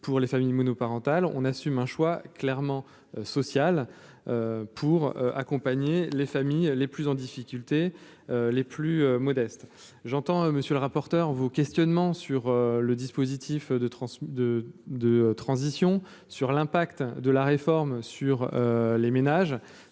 pour les familles monoparentales, on assume un choix clairement social pour accompagner les familles les plus en difficulté, les plus modestes, j'entends monsieur le rapporteur, vos questionnements sur le dispositif de transport de de transition sur l'impact de la réforme sur les ménages,